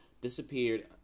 disappeared